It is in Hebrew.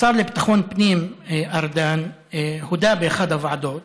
השר לביטחון פנים ארדן הודה באחת הוועדות